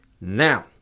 Now